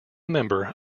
member